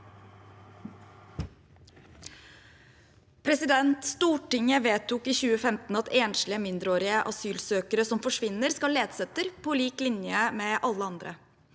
Stortin- get vedtok i 2015 at enslige mindreårige asylsøkere som forsvinner, skal letes etter på lik linje med alle andre.